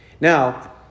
Now